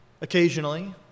occasionally